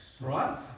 right